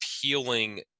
appealing